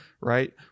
right